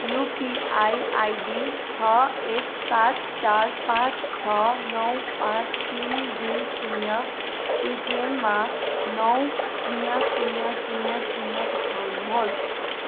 UPI ID छ एक सात चार पाँच छ नौ पाँच तिन दुई शून्य पेटिएममा नौ शून्य शून्य शून्य शून्य पठाउनुहोस्